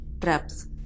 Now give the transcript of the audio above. traps